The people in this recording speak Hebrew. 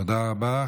תודה רבה.